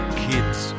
kids